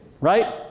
right